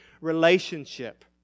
relationship